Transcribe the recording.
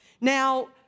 Now